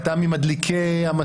אתה מתפרץ לדבריי.